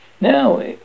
Now